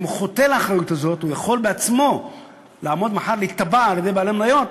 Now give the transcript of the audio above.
אם הוא חוטא לאחריות הזאת הוא יכול להיתבע על-ידי בעלי מניות